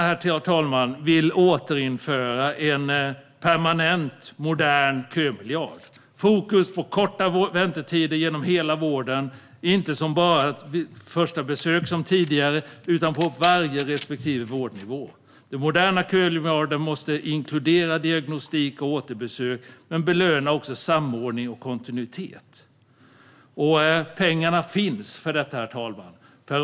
Liberalerna vill återinföra en permanent modern kömiljard och sätta fokus på korta väntetider genom hela vården. Det är inte bara fråga om det första besöket utan på respektive vårdnivå. Den moderna kömiljarden måste inkludera diagnostik och återbesök samt också belöna samordning och kontinuitet. Pengarna finns för detta, herr talman.